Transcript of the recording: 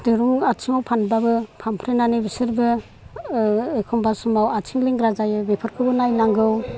दिरुं आथिंआव फानब्लाबो फानफ्रेनानै बिसोरबो एखनब्ला समाव आथिं लेंग्रा जायो बेफोरखौबो नायनांगौ